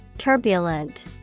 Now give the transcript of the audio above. Turbulent